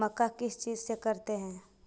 मक्का किस चीज से करते हैं?